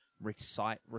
recite